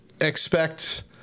expect